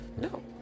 no